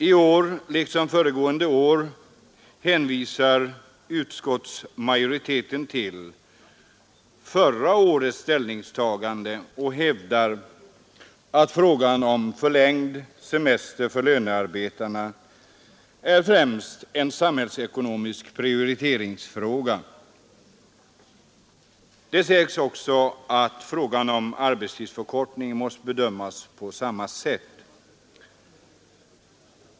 I år liksom föregående år hänvisar utskottsmajoriteten till förra årets ställningstagande och hävdar att frågan om förlängd semester för lönearbetarna främst är en samhällsekonomisk prioriteringsfråga. Det sägs också att frågan om arbetstidsförkortningen måste bedömas på samma sätt.